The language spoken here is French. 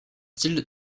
style